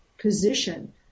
position